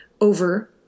over